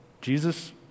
Jesus